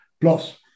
Plus